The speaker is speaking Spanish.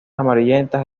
amarillentas